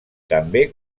també